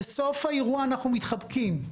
בסוף האירוע אנחנו מתחבקים.